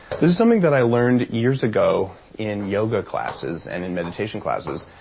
this is something that i learned years ago in yoga classes and in meditation classes,